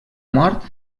mort